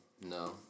no